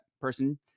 person